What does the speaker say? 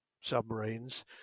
submarines